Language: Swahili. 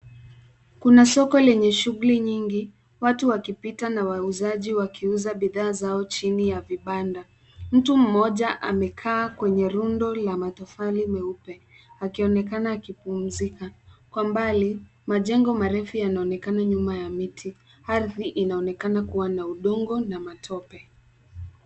Kuna soko lenye shughuli nyingi watu wakipita na wauzaji wakiuza bidhaa zao chini ya vibanda. Mtu mmoja amekaa kwenye rundo la matofali meupe akionekana akipumzika. Kwa mbali, majengo marefu yanaonekana nyuma ya miti. Ardhi inaonekana kuwa na udongo na matope.